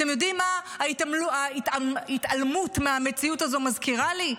אתם יודעים מה ההתעלמות מהמציאות הזאת מזכירה לי?